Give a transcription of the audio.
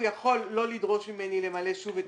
הוא יכול לא לדרוש ממני למלא שוב את